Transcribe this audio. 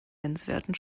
nennenswerten